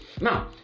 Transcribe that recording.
Now